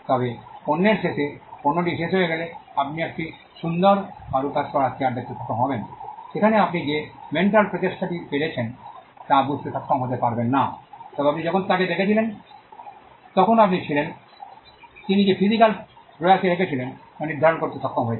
তবে পণ্যের শেষে পণ্যটি শেষ হয়ে গেলে আপনি একটি সুন্দর কারুকাজ করা চেয়ার দেখতে সক্ষম হবেন যেখানে আপনি যে মেন্টাল প্রচেষ্টাটি পেরেছেন তা বুঝতে সক্ষম হতে পারবেন না তবে আপনি যখন তাকে দেখছিলেন তখন আপনি ছিলেন তিনি যে ফিজিক্যাল প্রয়াসে রেখেছিলেন তা নির্ধারণ করতে সক্ষম হয়েছিল